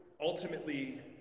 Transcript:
ultimately